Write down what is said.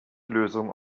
lösung